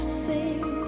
sing